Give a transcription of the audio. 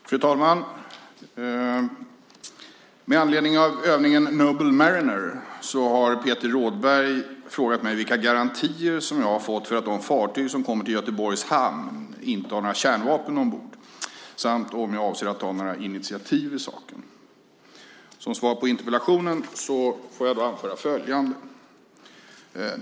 Fru talman! Med anledning av övningen Noble Mariner har Peter Rådberg frågat mig vilka garantier jag har fått för att de fartyg som kommer till Göteborgs hamn inte har några kärnvapen ombord samt om jag avser att ta några initiativ i saken. Som svar på interpellationen får jag anföra följande.